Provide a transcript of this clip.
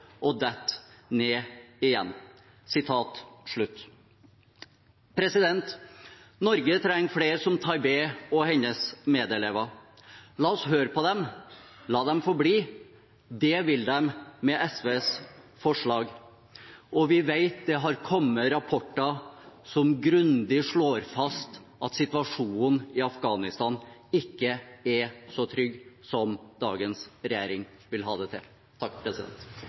og detter ned igjen.» Norge trenger flere som Taibeh og hennes medelever. La oss høre på dem. La dem få bli. Det vil de med SVs forslag. Vi vet det har kommet rapporter som grundig slår fast at situasjonen i Afghanistan ikke er så trygg som dagens regjering vil ha det til.